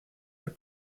est